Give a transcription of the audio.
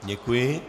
Děkuji.